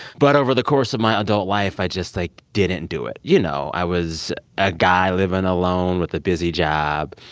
but over the course of my adult life, i just like didn't do it. you know i was a guy living alone with a busy job,